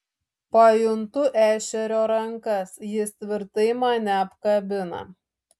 pajuntu ešerio rankas jis tvirtai mane apkabina